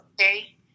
okay